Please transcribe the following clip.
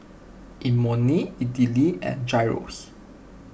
Imoni Idili and Gyros